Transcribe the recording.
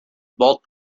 bolt